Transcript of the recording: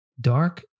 Dark